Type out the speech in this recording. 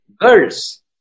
girls